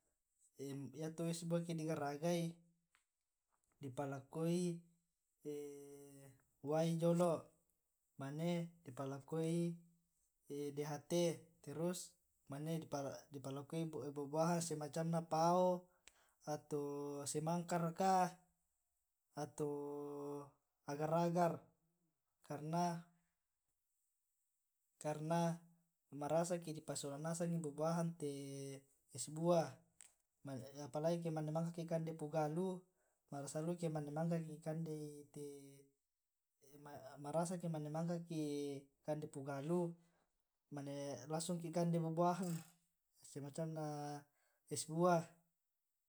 yato es buah ke di garagai di palekoi wai jolo mane di palakoi dht, terus mane di palakoi buah buahan dan semacam na pao, ato semangka raka ato agar agar karena marasa ke di pasisola nasangngi buah buahan te es buah apalagi ke mane mangka ki kande pugalu mane langsung ki kande buah buahan semacam na es buah.